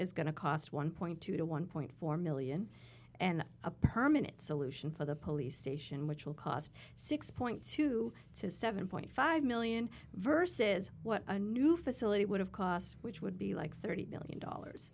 is going to cost one point two to one point four million and a permanent solution for the police station which will cost six point two to seven point five million versus what a new facility would have cost which would be like thirty million dollars